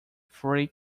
three